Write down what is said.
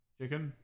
Chicken